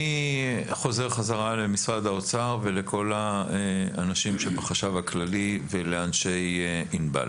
אני חוזר חזרה למשרד האוצר ולכל האנשים שבחשב הכללי ולאנשי ענבל.